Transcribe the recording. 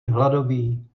hladový